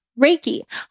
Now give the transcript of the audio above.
Reiki